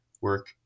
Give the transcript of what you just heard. work